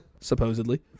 supposedly